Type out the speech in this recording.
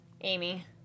Amy